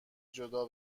جدا